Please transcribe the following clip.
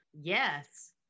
Yes